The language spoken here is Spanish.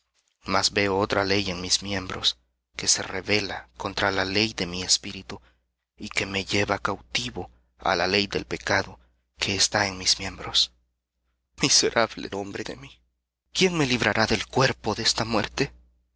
mas veo otra ley en mis miembros que se rebela contra la ley de mi espíritu y que me lleva cautivo á la ley del pecado que está en mis miembros miserable hombre de mí quién me librará del cuerpo de esta muerte